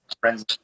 Friends